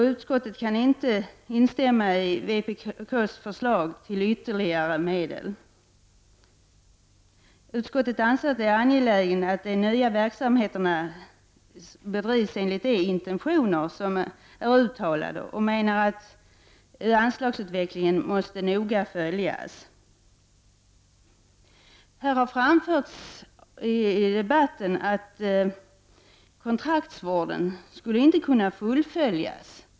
Utskottet kan inte instämma i vpk:s förslag om ytterligare medel. Utskottet anser att det är angeläget att de nya verksamheterna bedrivs enligt de intentioner som är uttalade och menar därmed att anslagsutvecklingen noga måste följas. Det har sagts här i debatten att kontraktsvården inte skulle kunna fullföljas.